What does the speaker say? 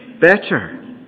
better